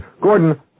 Gordon